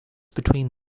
between